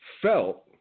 felt